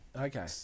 Okay